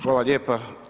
Hvala lijepa.